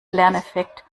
lerneffekt